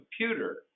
computer